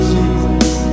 Jesus